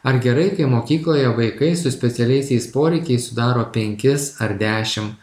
ar gerai kai mokykloje vaikai su specialiaisiais poreikiais sudaro penkis ar dešim